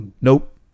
Nope